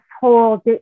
whole